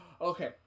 okay